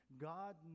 God